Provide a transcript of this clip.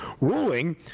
ruling